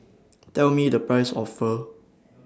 Tell Me The Price of Pho